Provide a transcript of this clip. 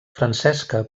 francesca